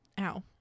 ow